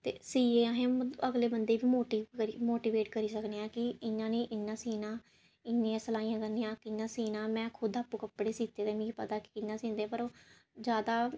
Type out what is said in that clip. ते सिये असें अगले बंदे गी मोटिवेट करी सकनेआं कि इ'यां नेई इ'यां सीना इन्नियां सिलाइयां करनियां कियां सीना में खुद आपूं कपड़े सीते दे ते मिगी पता कि कि'यां सींदे पर जैदा